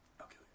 Okay